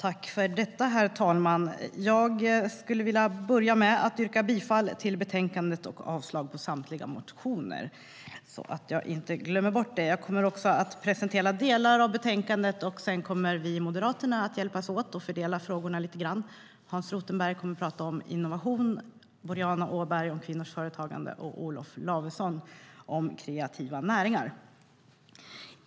Herr talman! Jag börjar med att yrka bifall till förslaget i betänkandet och avslag på samtliga motioner. Jag kommer också att presentera delar av betänkandet, och sedan kommer vi i Moderaterna att hjälpas åt och fördela frågorna. Hans Rothenberg kommer att tala om innovation, Boriana Åberg om kvinnors företagande och Olof Lavesson om kreativa näringar.